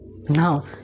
Now